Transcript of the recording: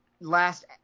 last